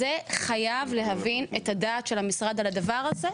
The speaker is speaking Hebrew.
חייב להבין את הדעת של המשרד על הדבר הזה,